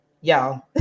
y'all